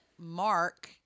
mark